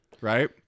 right